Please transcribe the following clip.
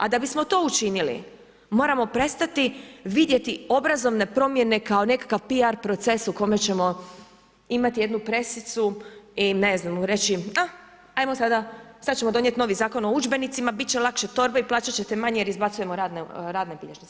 A da bismo to učinili, moramo prestati vidjeti obrazovne promjene kao nekakav PR proces u kojem ćemo imati jednu presicu i ne znam, reći ajmo sada, sad ćemo donijeti novi Zakon o udžbenicima, bit će kaše torbe i plaćat ćete manje jer izbacujemo radne bilježnice.